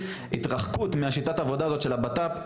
התרחקות משיטת העבודה הזאת של הבט"פ,